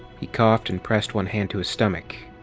he coughed and pressed one hand to his stomach.